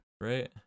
right